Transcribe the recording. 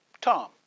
Tom